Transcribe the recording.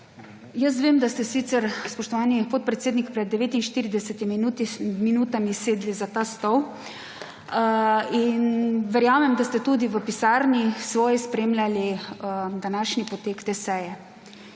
Vem, da ste sicer, spoštovani podpredsednik, pred 49 minutami sedli za ta stol, in verjamem, da ste tudi v svoji pisarni spremljali današnji potek seje.